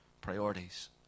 priorities